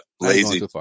Lazy